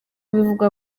bivugwa